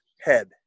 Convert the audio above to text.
head